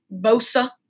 Bosa